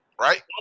right